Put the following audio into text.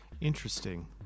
Interesting